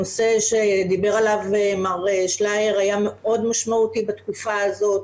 הנושא שדיבר עליו מר שליאר היה מאוד משמעותי בתקופה הזאת,